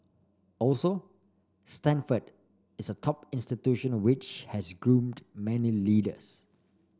also Stanford is a top institution which has groomed many leaders